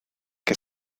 que